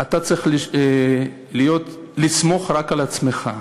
אתה צריך לסמוך רק על עצמך.